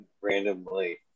randomly